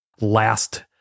last